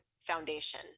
foundation